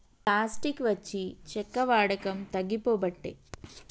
plastic వచ్చి చెక్క వాడకం తగ్గిపోబట్టే